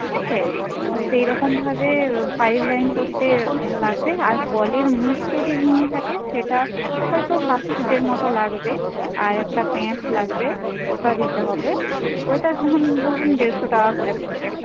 ঠিক আছে আর সেইরকমভাবে পাইপলাইন করতে লাগবে আর কলের মুখ যদি ভেঙে থাকে সেটা হয়তো হাফ ফুটের মতো লাগবে আর একটা প্যাঁচ লাগবে ওটা দিতে হবে ওইটার দাম ধরুন দেড়শো টাকা করে পড়বে